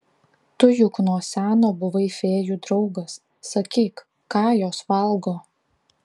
tu juk nuo seno buvai fėjų draugas sakyk ką jos valgo